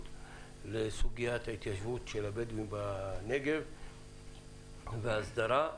לסוגיית ההתיישבות של הבדואים בנגב וההסדרה.